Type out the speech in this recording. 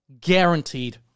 guaranteed